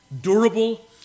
durable